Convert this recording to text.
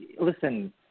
listen